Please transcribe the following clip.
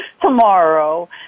tomorrow